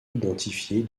identifier